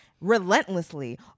relentlessly